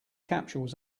capsules